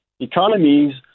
economies